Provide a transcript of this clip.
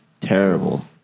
terrible